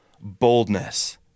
boldness